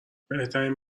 بهترین